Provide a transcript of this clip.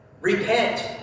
repent